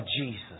Jesus